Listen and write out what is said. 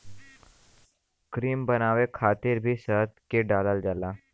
cream बनावे खातिर भी शहद के डालल जाला